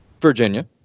Virginia